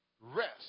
rest